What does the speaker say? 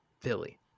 philly